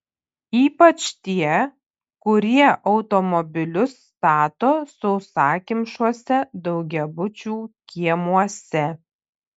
ypač tie kurie automobilius stato sausakimšuose daugiabučių kiemuose